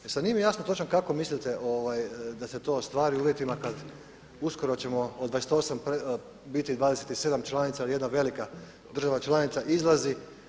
E sada nije mi jasno točno kako mislite da se to ostvari u uvjetima kada uskoro ćemo od 28, u biti 27 članica jer jedna velika država članica izlazi.